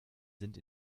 sind